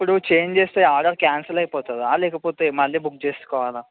ఇప్పుడు చేంజ్ చేస్తే order cancel అయిపోతుందా లేకపోతే మళ్ళీ బుక్ చేసుకోవాలా